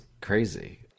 crazy